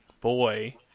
boy